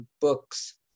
books